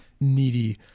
needy